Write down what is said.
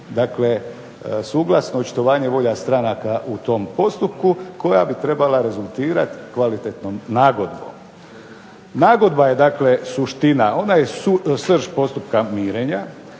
dakle suglasno očitovanje volja stranaka u tom postupku koja bi trebala rezultirati kvalitetnom nagodbom. Nagodba je dakle suština, ona je srž postupka mirenja